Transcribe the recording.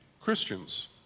Christians